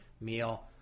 meal